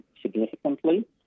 significantly